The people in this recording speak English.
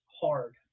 hard